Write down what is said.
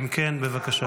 אם כן, בבקשה.